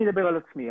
אני אדבר על עצמי.